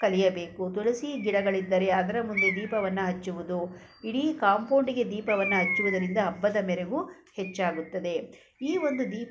ಕಲಿಯಬೇಕು ತುಳಸಿ ಗಿಡಗಳಿದ್ದರೆ ಅದರ ಮುಂದೆ ದೀಪವನ್ನು ಹಚ್ಚುವುದು ಇಡೀ ಕಾಂಪೌಂಡಿಗೆ ದೀಪವನ್ನು ಹಚ್ಚುವುದರಿಂದ ಹಬ್ಬದ ಮೆರುಗು ಹೆಚ್ಚಾಗುತ್ತದೆ ಈ ಒಂದು ದೀಪ